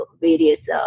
various